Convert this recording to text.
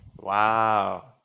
Wow